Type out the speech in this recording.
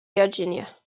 virginia